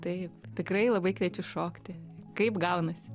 taip tikrai labai kviečiu šokti kaip gaunasi